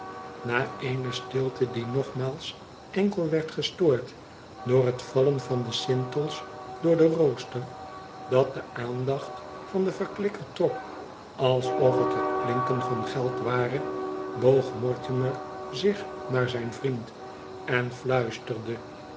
na eene stilte die nogmaals enkel werd gestoord door het vallen van de sintels door den rooster dat de aandacht van den verklikker trok alsof het het klinken van geld ware boog mortimer zich naar zijn vriend en fluisterde